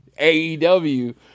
AEW